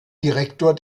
direktor